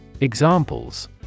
Examples